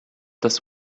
das